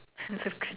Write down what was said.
ya